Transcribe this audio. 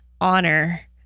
honor